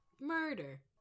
Murder